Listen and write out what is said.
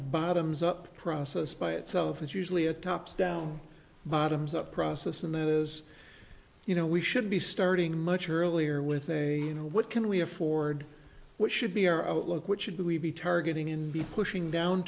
bottoms up process by itself it's usually a top down bottoms up process and that is you know we should be starting much earlier with a what can we afford what should be our outlook what should we be targeting in the pushing down